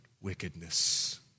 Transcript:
wickedness